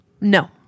No